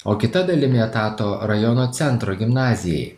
o kita dalimi etato rajono centro gimnazijai